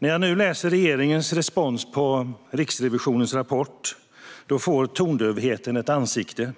När jag nu läser regeringens respons på Riksrevisionens rapport får tondövheten ett ansikte.